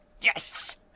Yes